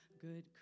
Good